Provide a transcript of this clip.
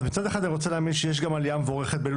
מצד אחד אני רוצה להאמין שיש גם עלייה מבורכת באלו